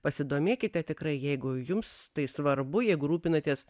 pasidomėkite tikrai jeigu jums tai svarbu jeigu rūpinatės